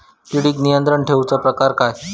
किडिक नियंत्रण ठेवुचा प्रकार काय?